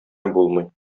булмый